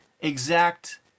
exact